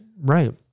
Right